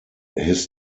his